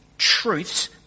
Truths